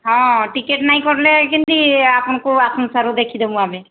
ହଁ ଟିକେଟ୍ ନାଇଁ କଲେ କେମିତି ଆପଣଙ୍କୁ ଆସନସାରୁ ଦେଖିଦେବୁ ଆମେ